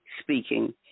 speaking